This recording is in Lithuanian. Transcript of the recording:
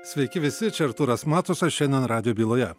sveiki visi čia artūras matusas šiandien radijo byloje